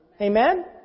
Amen